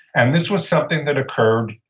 and this was something that occurred,